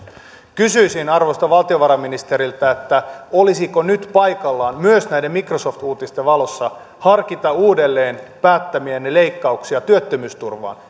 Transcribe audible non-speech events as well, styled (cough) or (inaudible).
kysyisin arvoisalta valtiovarainministeriltä olisiko nyt paikallaan myös näiden microsoft uutisten valossa harkita uudelleen päättämiänne leikkauksia työttömyysturvaan (unintelligible)